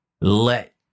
Let